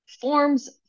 forms